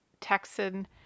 Texan